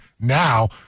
now